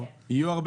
ואז איל,